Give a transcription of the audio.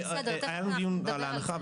היה לנו דיון על ההנחה.